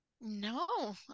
No